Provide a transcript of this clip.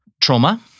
trauma